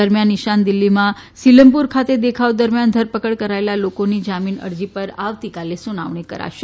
દરમિયાન ઇશાન દિલ્હીમાં સીલમપુર ખાતે દેખાવો દરમિયાન ધરપકડ કરાયેલા લોકોની જામીન અરજી પર આવતીકાલે સુનાવણી થશે